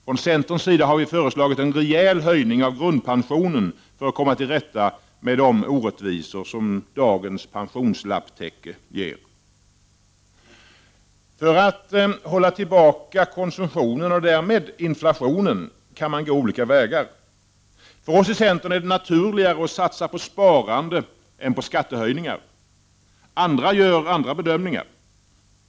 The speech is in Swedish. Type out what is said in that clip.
Från centerns sida har vi föreslagit en rejäl höjning av grundpensionen för att komma till rätta med de orättvisor som dagens pensionslapptäcke ger. För att hålla tillbaka konsumtionen och därmed inflationen kan man gå olika vägar. För oss i centern är det naturligare att satsa på sparande än på skattehöjningar. Andra gör andra bedömningar.